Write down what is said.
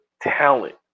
talent